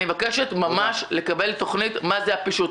אני מבקשת ממש לקבל תוכנית מה זה הפישוט.